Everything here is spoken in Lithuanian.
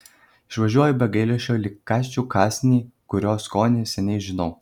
išvažiuoju be gailesčio lyg kąsčiau kąsnį kurio skonį seniai žinau